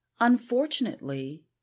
unfortunately